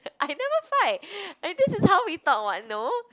I never fight I mean this is how we talk [what] no